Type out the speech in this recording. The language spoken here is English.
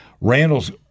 Randall's